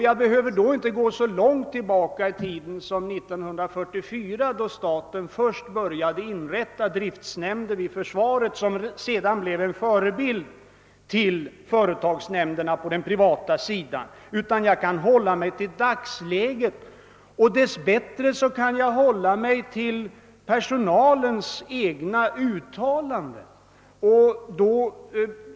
Jag behöver inte gå så långt tillbaka i tiden som till 1944, då staten först började inrätta driftnämnder i försvaret vilka sedan blev en förebild för företagsnämnderna på den privata sektorn, utan jag kan hålla mig till dagsläget, och dess bättre kan jag också hålla mig till de anställdas egna uttalanden.